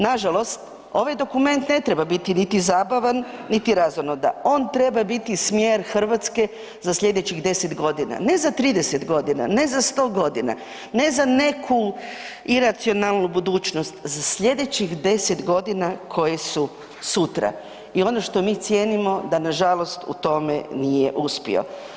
Nažalost, ovaj dokument ne treba biti niti zabavan, niti razonoda, on treba biti smjer Hrvatske za slijedećih 10.g., ne za 30.g., ne za 100.g., ne za neku iracionalnu budućnost, za slijedećih 10.g. koje su sutra i ono što mi cijenimo da nažalost u tome nije uspio.